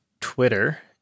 Twitter